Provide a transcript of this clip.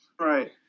Right